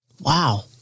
Wow